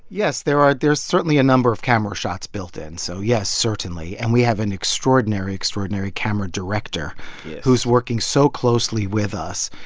yes, there are there's certainly a number of camera shots built in. so yes, certainly. and we have an extraordinary, extraordinary camera director who's working so closely with us.